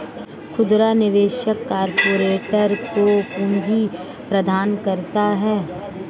खुदरा निवेशक कारपोरेट को पूंजी प्रदान करता है